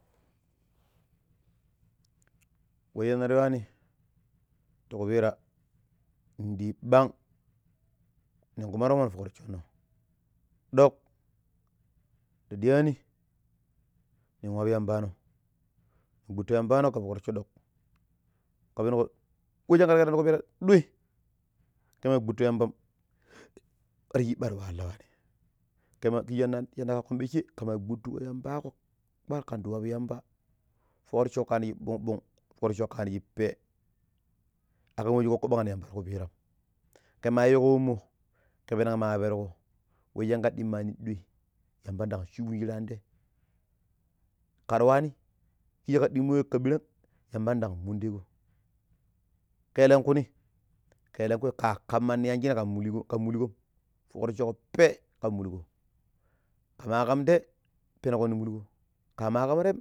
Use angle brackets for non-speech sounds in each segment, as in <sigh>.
<noise> We shinnar yuwani ti kuppira nin ɗii ɓan nin kuma toomo fok rossono, ɗok nda diyaani nin wapu yamba no nin gwettu yambano ka fok rosso ɗok ka penko we shinka ta kerani ti kupira ɗoi kama gbutto yamba <noise> kar sai bara waala wani kem kiji shana shana kakkon ɓesha kama gbuttu yambako kwar kandi wapu yamba fok rossoko kani ɓong ɓong fok rossoko kani pee akam we shi kokko ɓanno yamba ti kupeeram. Ke ma yiiko wemmo ka penen ma perko we shika ɗimma ɗoi yamba ndan shuttu shirani taye, kar weni kishi kar dimmo we ka ɓirang yamba ndan mundago kelenkuni, kelenku ka kam manni yanji kan mulkon fok rossoko pee kan mulgo. Kama kan tei penko nin mulgo kama kan teem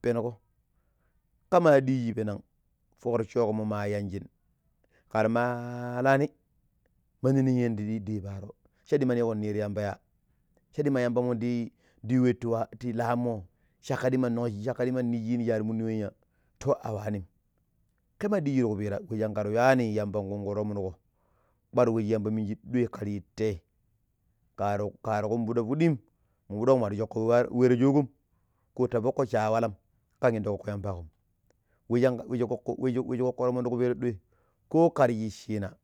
pengo. Kama diji penen fok rossoko ma yanjin kar maalani mani minye ndi yidiyo paaro. Sha dima ni yiiko ni ti yambai ya sha dima yambamo dayi yu we ti laamo shakka dema nong shakka dima ni shine shar muni wamya to a wanim. Kema, diya ti kupira we shinkar yuni yemban kungo toomoko kwar we shi yamba minji kar yi tai kari kari kumbido pidim ma muɗok mukar sooko we ta shooko ko ta fokko shi a walam. Kan indo kokko yambakom <hesitation> we we shi kokko toomo ti ku pira duai ko kar shi china.